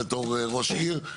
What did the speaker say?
בתור ראש עיר,